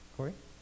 Corey